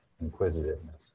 inquisitiveness